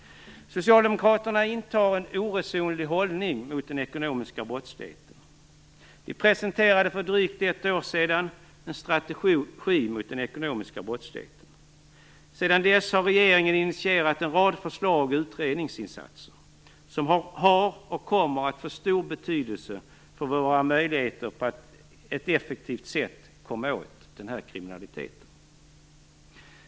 Socialdemokraterna intar en oresonlig hållning gentemot den ekonomiska brottsligheten. Vi presenterade för drygt ett år sedan en strategi mot den ekonomiska brottsligheten. Sedan dess har regeringen initierat en rad förslag och utredningsinsatser som har och kommer att få stor betydelse för våra möjligheter att på ett effektivt sätt komma åt denna kriminalitet.